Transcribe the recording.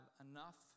enough